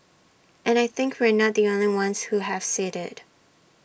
and I think we're not the only ones who have said IT